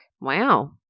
Wow